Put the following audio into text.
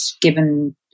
given